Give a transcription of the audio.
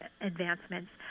advancements